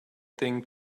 thing